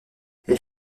elle